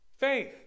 faith